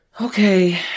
Okay